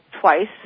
twice